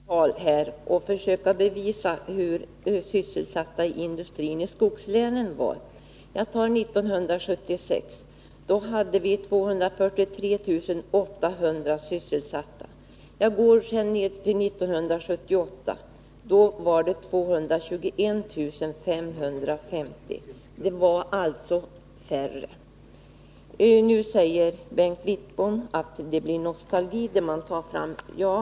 Herr talman! Jag skall bara påminna om två årtal och försöka bevisa hur sysselsättningen inom industrin i skogslänen var då. År 1976 var 243 800 människor sysselsatta, och år 1978 var 221 550 sysselsatta — alltså färre. Bengt Wittbom säger att det är nostalgi när jag tar fram siffror för de gångna åren.